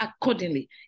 accordingly